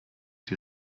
die